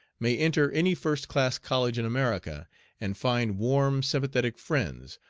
may enter any first-class college in america and find warm sympathetic friends,